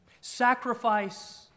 Sacrifice